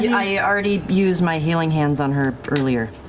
yeah yeah already used my healing hands on her earlier.